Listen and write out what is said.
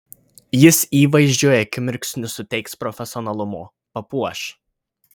jis įvaizdžiui akimirksniu suteiks profesionalumo papuoš